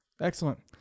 Excellent